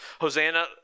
Hosanna